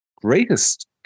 greatest